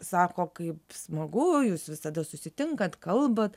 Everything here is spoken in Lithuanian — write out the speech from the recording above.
sako kaip smagu jūs visada susitinkat kalbat